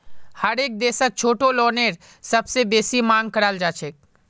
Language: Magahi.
हरेक देशत छोटो लोनेर सबसे बेसी मांग कराल जाछेक